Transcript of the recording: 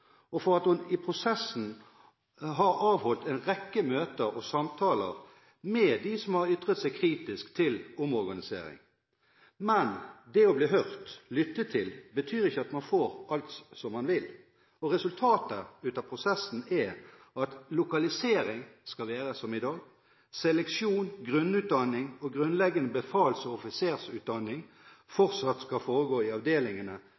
og for at hun i prosessen har avholdt en rekke møter og samtaler med dem som har ytret seg kritisk til omorganisering. Men det å bli hørt og lyttet til betyr ikke at man får alt som man vil. Resultatet av prosessen er at lokaliseringen skal være som i dag, og at seleksjon, grunnutdanning og grunnleggende befals- og offisersutdanning fortsatt skal foregå i avdelingene